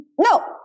No